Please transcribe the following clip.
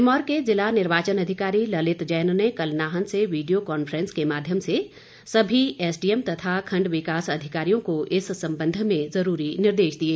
सिरमौर के जिला निर्वाचन अधिकारी ललित जैन ने कल नाहन से वीडियो कांफ्रेस के माध्यम से सभी एसडीएम तथा खण्ड विकास अधिकारियों को इस संबंध में जरूरी निर्देश दिए